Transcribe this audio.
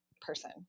person